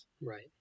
Right